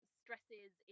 stresses